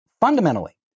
fundamentally